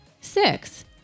Six